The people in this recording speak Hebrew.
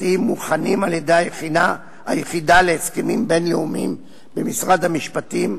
התקופתיים מוכנים על-ידי היחידה להסכמים בין-לאומיים במשרד המשפטים,